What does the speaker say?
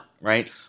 right